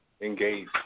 engage